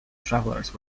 travellers